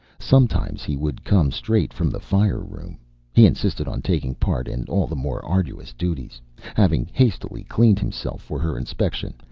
sometimes he would come straight from the fire-room he insisted on taking part in all the more arduous duties having hastily cleaned himself for her inspection,